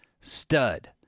stud